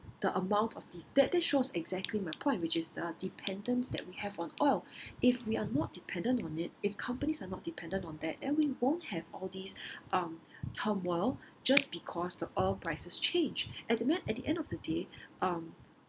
the amount of the th~ that shows exactly my point which is the dependence that we have on oil if we are not dependent on it if companies are not dependent on that then we won't have all these um turmoil just because the oil prices change at the end at the end of the day um